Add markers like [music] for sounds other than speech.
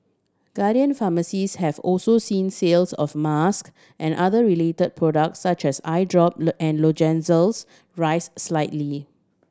Guardian Pharmacies have also seen sales of mask and other relate products such as eye drop [unintelligible] and lozenges rise slightly